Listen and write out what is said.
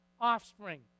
offspring